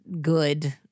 good